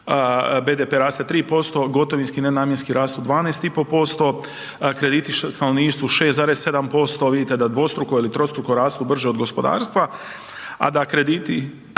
BDP raste 3%, gotovinski nenamjenski rastu 12,5%, krediti stanovništvu 6,7%, vidite da dvostruko ili trostruko rastu brže od gospodarstva, a da krediti